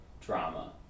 drama